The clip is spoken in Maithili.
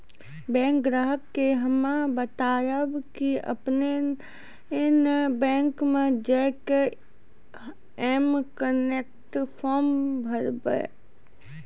बैंक ग्राहक के हम्मे बतायब की आपने ने बैंक मे जय के एम कनेक्ट फॉर्म भरबऽ